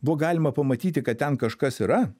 buvo galima pamatyti kad ten kažkas yra